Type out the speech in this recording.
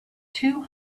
two